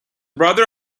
brother